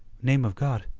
name of god,